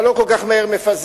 אתה לא כל כך מהר מפזר